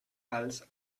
als